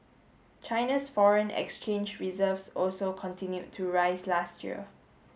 China's foreign exchange reserves also continued to rise last year